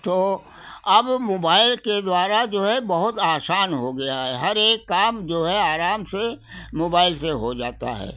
तो अब मोबाइल के द्वारा जो है बहुत आसान हो गया है हर एक काम जो है आराम से मोबाइल से हो जाता है